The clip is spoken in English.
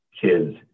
kids